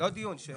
לא דיון, שאלה.